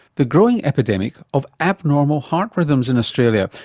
the growing epidemic of abnormal heart rhythms in australia,